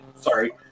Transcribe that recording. Sorry